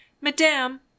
Madame